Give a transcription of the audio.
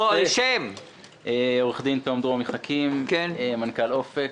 אני מנכ"ל "אופק".